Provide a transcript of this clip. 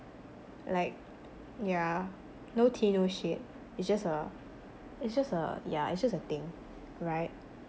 like yeah no tea no shade it's just a it's just a yeah it's just a thing right